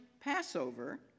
Passover